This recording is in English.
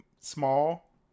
small